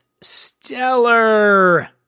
stellar